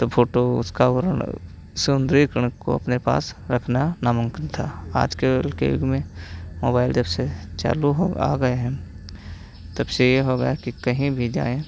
तो फ़ोटो उसका और सुन को अपने पास रखना नामुमकिन था आज के के युग में मोबाइल जबसे चालू हो आ गए हैं तबसे यह हो गया है कि कहीं भी जाएँ